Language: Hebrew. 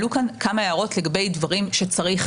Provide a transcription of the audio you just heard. עלו כאן כמה הערות לגבי דברים שצריך